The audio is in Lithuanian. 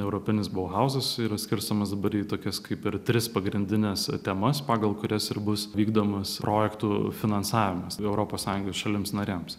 europinis bohauzas yra skirstomas dabar tokias kaip ir tris pagrindines temas pagal kurias ir bus vykdomas projektų finansavimas europos sąjungos šalims narėms